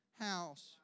house